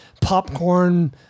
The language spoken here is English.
popcorn